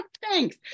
thanks